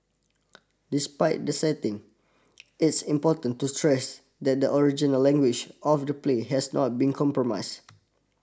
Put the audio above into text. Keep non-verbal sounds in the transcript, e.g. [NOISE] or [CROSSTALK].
[NOISE] despite the setting [NOISE] it's important to stress that the original language of the play has not been compromise